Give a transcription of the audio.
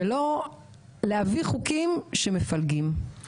ולא להביא חוקים שמפלגים.